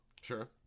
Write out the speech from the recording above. Sure